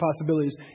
possibilities